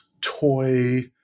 toy